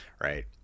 right